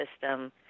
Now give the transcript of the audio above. system